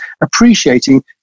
appreciating